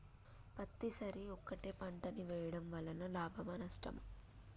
పత్తి సరి ఒకటే పంట ని వేయడం వలన లాభమా నష్టమా?